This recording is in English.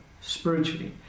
spiritually